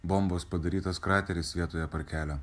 bombos padarytas krateris vietoje parkelio